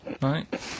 right